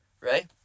right